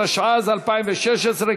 התשע"ז 2016,